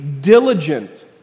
diligent